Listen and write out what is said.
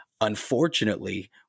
unfortunately